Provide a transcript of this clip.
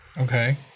Okay